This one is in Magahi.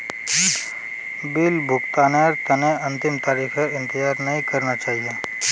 बिल भुगतानेर तने अंतिम तारीखेर इंतजार नइ करना चाहिए